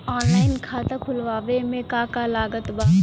Online खाता खुलवावे मे का का लागत बा?